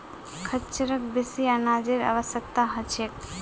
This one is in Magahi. खच्चरक बेसी अनाजेर आवश्यकता ह छेक